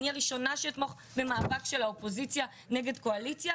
אני הראשונה שאתמוך במאבק של האופוזיציה נגד הקואליציה,